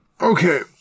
Okay